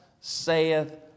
saith